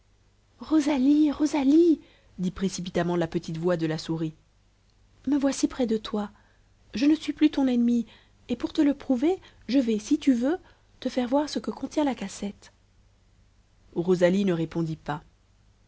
rosalie rosalie dit précipitamment la petite voix de la souris me voici près de toi je ne suis plus ton ennemie et pour te le prouver je vais si tu veux te faire voir ce que contient la cassette rosalie ne répondit pas